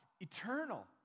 eternal